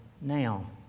now